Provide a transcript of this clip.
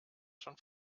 schon